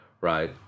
right